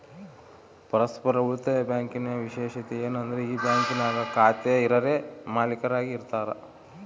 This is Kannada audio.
ಪರಸ್ಪರ ಉಳಿತಾಯ ಬ್ಯಾಂಕಿನ ವಿಶೇಷತೆ ಏನಂದ್ರ ಈ ಬ್ಯಾಂಕಿನಾಗ ಖಾತೆ ಇರರೇ ಮಾಲೀಕರಾಗಿ ಇರತಾರ